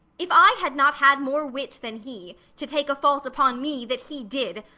if i had not had more wit than he, to take a fault upon me that he did,